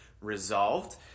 resolved